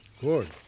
Good